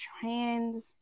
trans